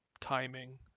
timing